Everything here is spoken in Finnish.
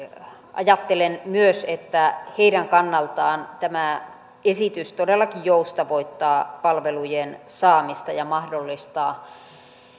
ajattelen myös että heidän kannaltaan tämä esitys todellakin joustavoittaa palvelujen saamista ja mahdollistaa